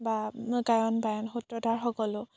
বা গায়ন বায়ন সূত্ৰধাৰসকলো